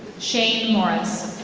shane morris.